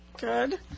Good